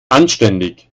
anständig